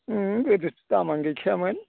गोदोथ' दामानो गैखायामोन